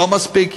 לא מספיק,